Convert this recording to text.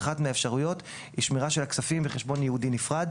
אחת מהאפשרויות היא שמירה של הכספים בחשבון ייעודי נפרד,